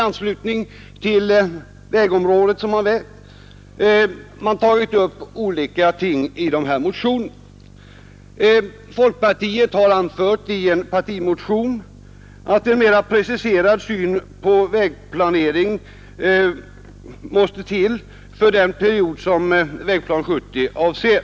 Folkpartiet har i en partimotion anfört att en mera preciserad syn på vägplaneringen måste till för den period som Vägplan 1970 avser.